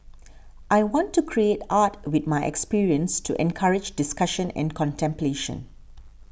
I want to create art with my experience to encourage discussion and contemplation